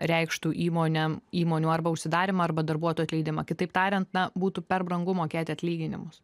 reikštų įmonėm įmonių arba užsidarymą arba darbuotojų atleidimą kitaip tariant na būtų per brangu mokėti atlyginimus